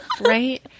right